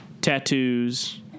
tattoos